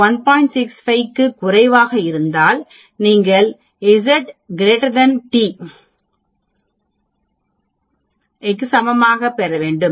645 க்கும் குறைவாக இருந்தால் நீங்கள் Z t ஐ சமமாகப் பெற வேண்டும்